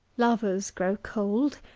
lovers grow cold,